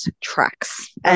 tracks